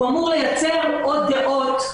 הוא אמור לייצר עוד דעות,